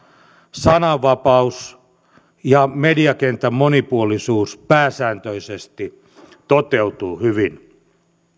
sananvapaus ja mediakentän monipuolisuus pääsääntöisesti toteutuvat hyvin